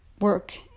work